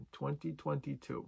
2022